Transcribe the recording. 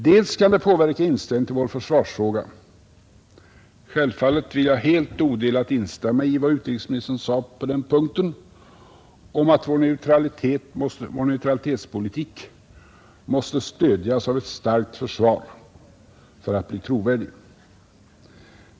Dels kan det påverka inställningen till vår försvarsfråga — självfallet vill jag helt och odelat instämma i: vad utrikesministern sade på den punkten om att vår neutralitetspolitik måste stödjas av ett starkt försvar för att bli trovärdig.